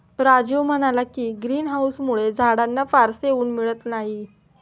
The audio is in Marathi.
राजीव म्हणाला की, ग्रीन हाउसमुळे झाडांना फारसे ऊन मिळत नाही